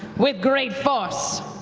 with great force,